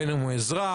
בין אם הוא אזרח,